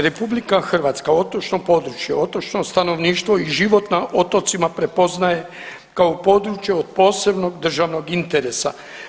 RH otočno područje, otočno stanovništvo i život na otocima prepoznaje kao područje od posebnog državnog interesa.